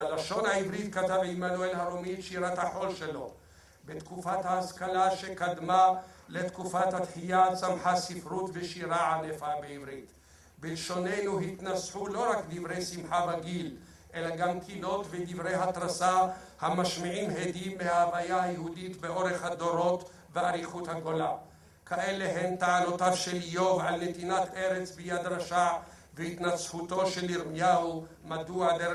הלשון העברית כתב עמנואל הרומי את שירת החול שלו. בתקופת ההשכלה שקדמה לתקופת התחייה צמחה ספרות ושירה ענפה בעברית. בלשוננו התנשפו לא רק דברי שמחה וגיל, אלא גם קינות ודברי התרסה המשמיעים הדים מההוויה היהודית באורך הדורות ואריכות הגולה. כאלה הן תעלותיו של איוב על נתינת ארץ ביד רשע והתנצחותו של ירמיהו מדוע דר...